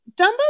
Dumbo